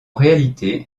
réalité